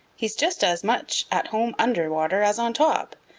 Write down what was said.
he's just as much at home under water as on top.